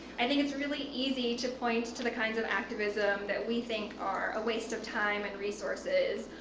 i think it's really easy to point to the kinds of activism that we think are a waist of time and resources,